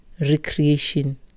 recreation